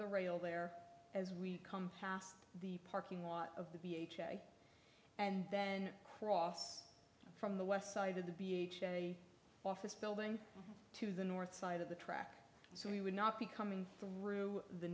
the rail there as we come fast the parking lot of the b h a and then cross from the west side of the b h a office building to the north side of the track so we would not be coming through the